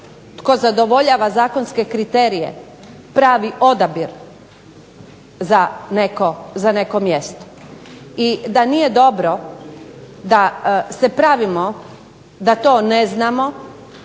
tko zadovoljava zakonske kriterije pravi odabir za neko mjesto, i da nije dobro da se pravimo da to ne znamo,